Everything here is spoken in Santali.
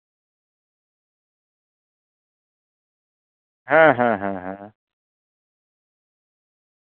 ᱦᱮᱸ ᱦᱮᱸ ᱦᱮᱸ ᱦᱮᱸ